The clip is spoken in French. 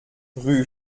rue